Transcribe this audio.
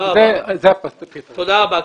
תודה רבה.